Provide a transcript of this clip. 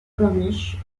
corniche